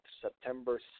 September